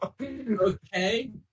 Okay